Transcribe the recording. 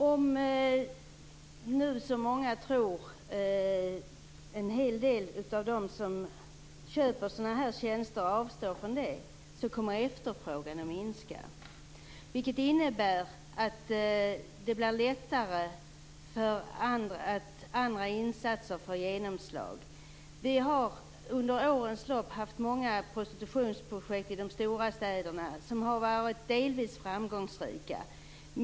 Herr talman! Om en hel del, som många tror, av dem som köper sådana här tjänster avstår från att göra det kommer efterfrågan att minska, vilket innebär att insatserna lättare får genomslag. Under årens lopp har man i de stora städerna haft många prostitutionsprojekt som delvis har varit framgångsrika.